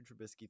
Trubisky